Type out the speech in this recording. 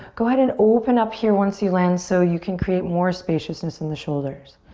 go ahead and open up here once you land so you can create more spaciousness in the shoulders.